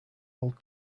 old